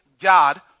God